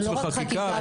זה ייעוץ חקיקה,